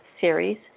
series